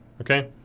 okay